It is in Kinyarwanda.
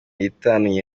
nitanu